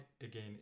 again